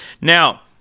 Now